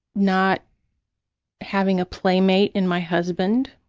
not having a playmate in my husband.